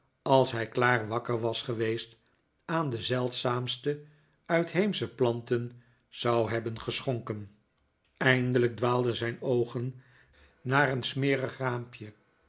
als hij klaar wakker was geweest aan de zeldzaamste uitheemsche planten zou hebben geschonken eindelijk dwaalden zijn oogen naar een smerig raampje